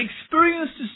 experiences